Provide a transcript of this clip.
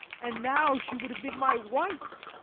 and now she would have been my wife.